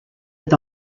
est